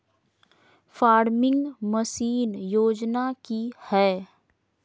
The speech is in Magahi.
फार्मिंग मसीन योजना कि हैय?